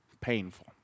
Painful